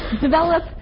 develop